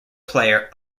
player